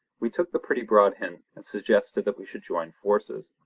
we took the pretty broad hint and suggested that we should join forces.